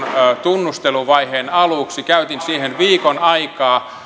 tunnusteluvaiheen aluksi käytin siihen viikon aikaa